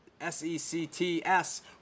S-E-C-T-S